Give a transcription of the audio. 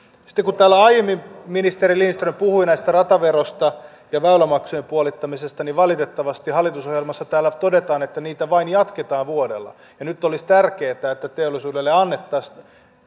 sitten kun täällä aiemmin ministeri lindström puhui rataverosta ja väylämaksujen puolittamisesta niin valitettavasti täällä hallitusohjelmassa todetaan että niitä jatketaan vain vuodella nyt olisi tärkeätä että teollisuudelle annettaisiin